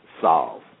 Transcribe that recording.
solve